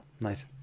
Nice